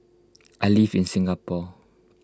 I live in Singapore